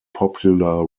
popular